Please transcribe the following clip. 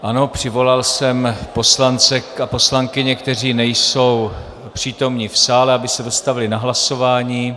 Ano, přivolal jsem poslance a poslankyně, kteří nejsou přítomni v sále, aby se dostavili na hlasování.